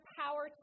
power